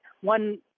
one